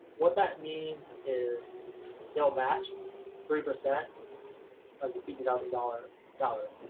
what that means is they'll match three percent of fifty thousand dollars salary.